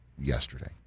yesterday